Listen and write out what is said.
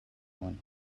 one